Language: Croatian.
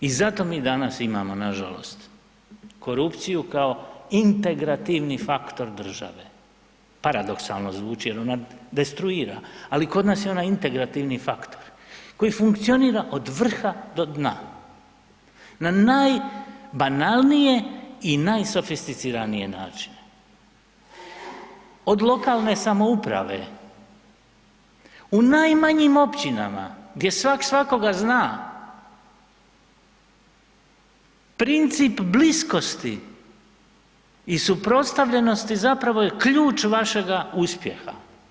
I zato mi imamo nažalost korupciju kao integrativni faktor države, paradoksalno zvuči jer ona destruira, ali kod nas je ona integrativni faktor koji funkcionira od vrha do dna na najbanalnije i najsofisticiranije načine, od lokalne samouprave u najmanjim općinama gdje svak svakoga zna princip bliskosti i suprotstavljenosti zapravo je ključ vašega uspjeha.